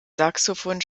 saxophon